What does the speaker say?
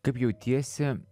kaip jautiesi